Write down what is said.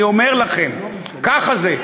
אני אומר לכם, ככה זה.